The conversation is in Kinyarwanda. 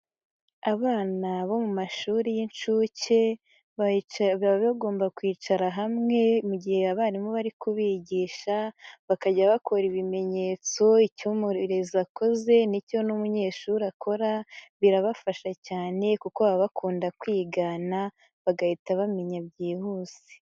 Abana bo mu mashuri y'incuke baba bagomba kwicara hamwe mu gihe abarimu bari kubigisha. Bakajya bakora ibimenyetso, icyo umurererezi akoze n'icyo n'umunyeshuri akora. Birabafasha cyane kuko aba bakunda kwigana bagahita babimenya byihuse.